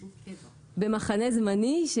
במחנה זמני ביישוב קבע.